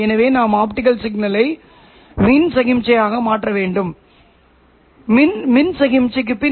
sinusoidal சமிக்ஞை அதிர்வெண் அதன் கட்டம் மாற்றியமைக்கப்பட்டுள்ளது